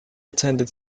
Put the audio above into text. attended